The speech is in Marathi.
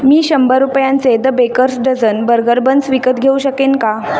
मी शंभर रुपयांचे the baker's dozen burger buns विकत घेऊ शकेन का